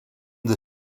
the